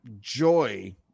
joy